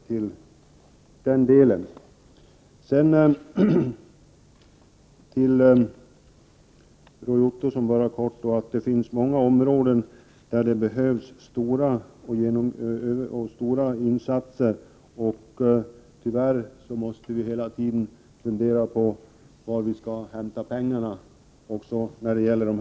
Till Roy Ottosson vill jag i korthet säga att det finns många områden där det behövs stora insatser. Tyvärr måste vi hela tiden fundera på var vi skall hämta pengarna för dessa insatser.